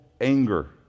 anger